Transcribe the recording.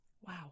Wow